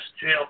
jail